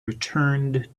returned